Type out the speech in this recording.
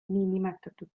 niinimetatud